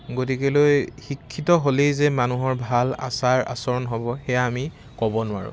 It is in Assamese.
গতিকেলৈ শিক্ষিত হ'লেই যে মানুহৰ ভাল আচাৰ আচৰণ হ'ব সেয়া আমি ক'ব নোৱাৰোঁ